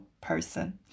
person